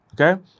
Okay